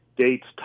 dates